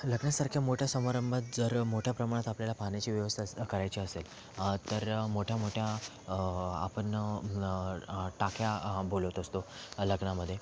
लग्नासारख्या मोठ्या समारंभात जर मोठ्या प्रमाणात आपल्याला पाण्याची व्यवस्था करायची असेल तर मोठ्या मोठ्या आपण टाक्या बोलवत असतो लग्नामध्ये